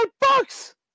bucks